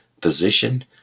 position